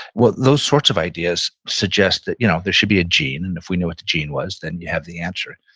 well, those sorts of ideas suggest that you know there should be a gene, and if we knew what the gene was, then you have the answer,